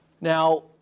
Now